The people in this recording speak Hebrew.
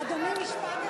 אדוני, משפט אחד.